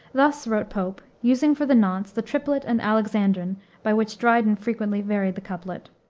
thus wrote pope, using for the nonce the triplet and alexandrine by which dryden frequently varied the couplet.